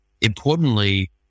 importantly